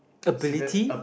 ability